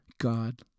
God